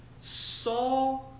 saw